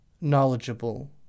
knowledgeable